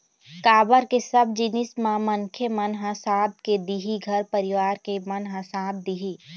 काबर के सब जिनिस म मनखे मन ह साथ दे दिही घर परिवार के मन ह साथ दिही